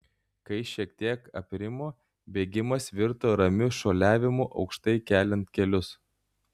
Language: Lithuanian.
kai šiek tiek aprimo bėgimas virto ramiu šuoliavimu aukštai keliant kelius